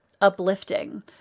uplifting